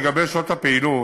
לגבי שעות הפעילות,